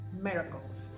miracles